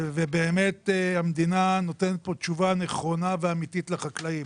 ובאמת, המדינה נותנת תשובה נכונה ואמיתית לחקלאים.